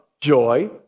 joy